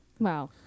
Wow